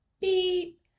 Beep